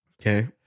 Okay